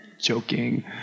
Joking